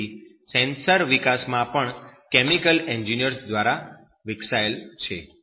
તેથી આ સેન્સર વિકાસમાં પણ કેમિકલ એન્જિનિયર્સ દ્વારા વિકસવાયેલ છે